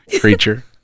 creature